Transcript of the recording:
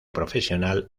profesional